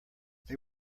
they